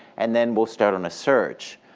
and then we'll start on a search.